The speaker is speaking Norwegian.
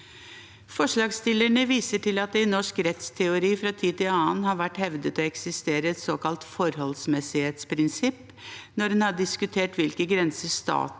Forslagsstillerne viser til at det i norsk rettsteori fra tid til annen har vært hevdet å eksistere et såkalt forholdsmessighetsprinsipp når en har diskutert hvilke grenser staten og